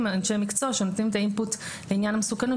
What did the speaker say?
הם אנשי מקצוע שנותנים את האינפוט לעניין המסוכנות